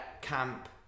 camp